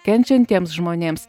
kenčiantiems žmonėms